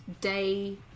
day